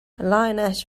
lioness